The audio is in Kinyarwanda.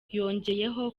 yongeyeho